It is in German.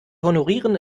honorieren